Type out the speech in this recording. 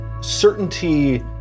certainty